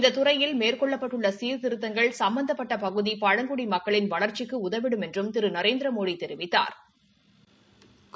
இந்த துறையில் மேற்கொள்ளப்பட்டுள்ள சீர்திருத்தங்கள் சமபந்தப்பட்ட பகுதி பழங்குடி மக்களின் வளா்ச்சிக்கு உதவிடும் என்றும் திரு நரேந்திரமோடி தெரிவித்தாா்